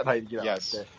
Yes